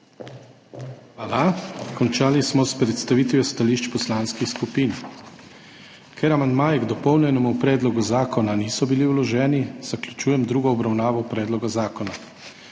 Hvala. Končali smo s predstavitvijo stališč poslanskih skupin. Ker amandmaji k dopolnjenemu predlogu zakona niso bili vloženi, zaključujem drugo obravnavo predloga zakona.